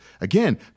again